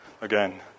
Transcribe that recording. again